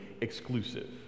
exclusive